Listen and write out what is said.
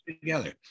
together